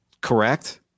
Correct